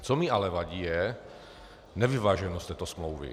Co mi ale vadí, je nevyváženost této smlouvy.